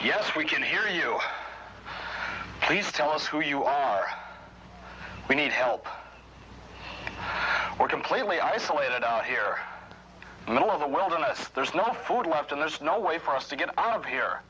yes we can hear you please tell us who you are we need help or completely isolated out here a little of the wilderness there's no food have to there's no way for us to get out of here